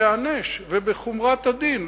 ייענש ובחומרת הדין,